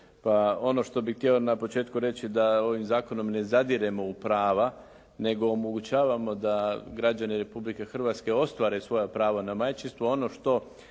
Ono što bih htio na početku reći je da ovim zakonom ne zadiremo u prava nego omogućavamo da građani Republike Hrvatske ostvare svoja prava na majčinstvo. Ono što